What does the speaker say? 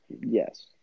Yes